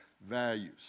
values